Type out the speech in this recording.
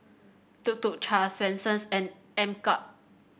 Tuk Tuk Cha Swensens and MKUP